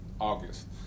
August